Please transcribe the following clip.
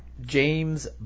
James